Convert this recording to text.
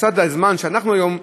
בסד הזמנים שאנחנו היום קיבלנו,